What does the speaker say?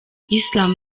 islam